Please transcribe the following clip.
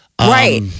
Right